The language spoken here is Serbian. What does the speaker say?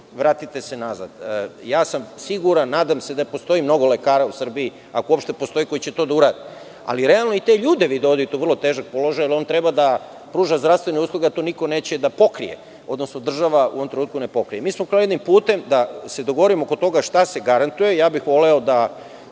vratite se nazad. Ja sam siguran i nadam se da postoji mnogo lekara u Srbiji, ako uopšte postoji, koji će to da urade. Ali, realno i te ljude vi dovodite u vrlo težak položaj, jer on treba da pruža zdravstvene usluge, a to niko neće da pokrije, odnosno država u ovom trenutku ne pokriva. Mi smo krenuli jednim putem da se dogovorimo oko toga šta se garantuje? Voleo